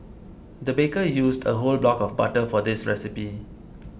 the baker used a whole block of butter for this recipe